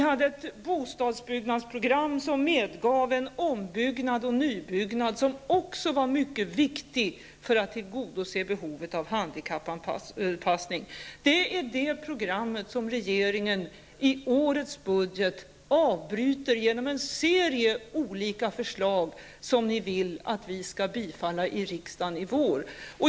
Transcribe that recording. Vårt bostadsbyggnadsprogram medgav en ombyggnad och nybyggnad som också var mycket viktigt för att tillgodose behoven av handikappanpassning. Det är detta program som regeringen i årets budget avbryter genom en serie av olika förslag som ni vill att vi i riksdagen skall bifalla i vår.